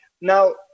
Now